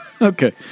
Okay